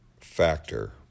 factor